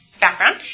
background